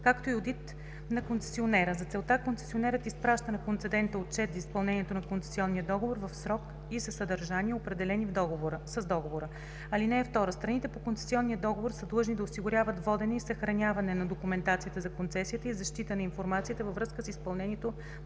както и одит на концесионера. За целта концесионерът изпраща на концедента отчет за изпълнението на концесионния договор в срок и със съдържание, определени с договора. (2) Страните по концесионния договор са длъжни да осигуряват водене и съхраняване на документацията за концесията и защита на информацията във връзка с изпълнението